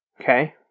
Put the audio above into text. Okay